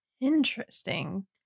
Interesting